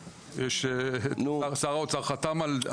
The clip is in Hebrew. שר האוצר חתם.